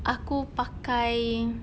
aku pakai